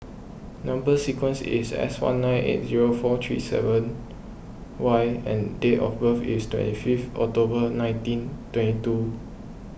Number Sequence is S one nine eight zero four three seven Y and date of birth is twenty fifth October nineteen twenty two